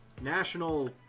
national